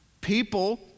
people